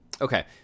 Okay